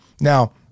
Now